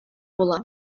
була